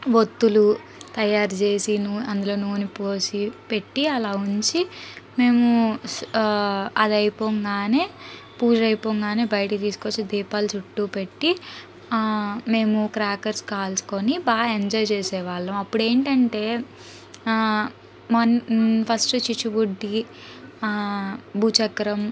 ఒత్తులు తయారుచేసి నూ అందులో నూనె పోసి పెట్టి అలా ఉంచి మేము అది అయిపోగానే పూజ అ యిపోగానే బయటికి తీసుకొచ్చి దీపాలు చుట్టూ పెట్టి మేము క్రాకర్స్ కాల్చుకొని బాగా ఎంజాయ్ చేసేవాళ్ళం అప్పుడేంటంటే ఫస్టు చిచ్చుబుడ్డి భూచక్రం